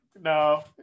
No